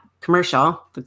commercial